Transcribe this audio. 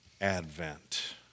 Advent